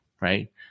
right